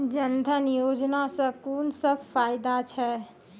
जनधन योजना सॅ कून सब फायदा छै?